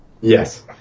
Yes